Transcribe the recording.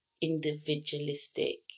individualistic